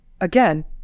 Again